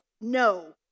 no